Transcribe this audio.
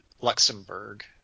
luxembourg